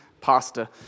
pasta